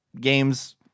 games